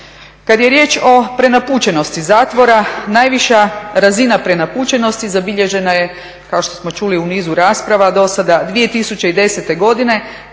Kad je riječ o prenapučenosti zatvora, najviša razina prenapučenosti zabilježena je, kao što smo čuli u nizu rasprava do sada, 2010. godine